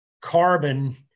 carbon